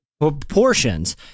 proportions